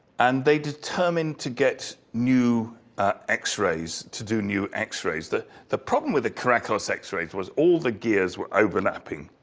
and they determined to get new ah x-rays to do new x-rays, the the problem with the crackle's x-rays was all the gears were overlapping.